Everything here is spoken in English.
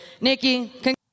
Nikki